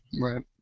Right